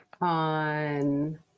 On